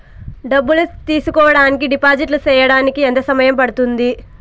డబ్బులు తీసుకోడానికి డిపాజిట్లు సేయడానికి ఎంత సమయం పడ్తుంది